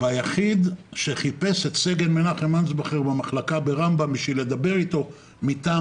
היחיד שחיפש את סגן מנחם אנסבכר במחלקה ברמב"ם בשביל לדבר איתו מטעם